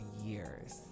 years